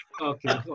Okay